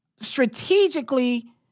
strategically